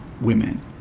women